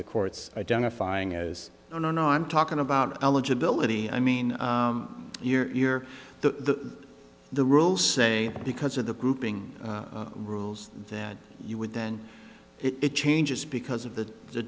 the court's identifying as a no no i'm talking about eligibility i mean you're the the rules say because of the grouping rules that you would then it changes because of the the